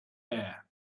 air